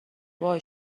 وای